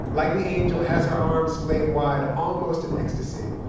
like the angel, has her arms splayed wide almost in ecstasy,